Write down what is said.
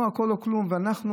או הכול או כלום,